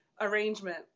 arrangement